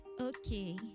Okay